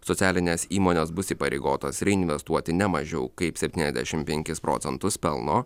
socialinės įmonės bus įpareigotos reinvestuoti ne mažiau kaip septyniasdešimt penkis procentus pelno